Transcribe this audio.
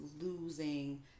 losing